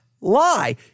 lie